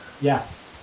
Yes